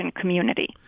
community